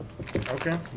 Okay